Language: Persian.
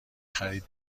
خرید